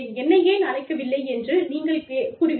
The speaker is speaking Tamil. என்னை ஏன் அழைக்கவில்லை என்று நீங்கள் கூறுவீர்கள்